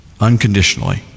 unconditionally